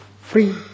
free